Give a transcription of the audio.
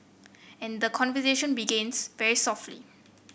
and the conversation begins very softly